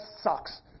sucks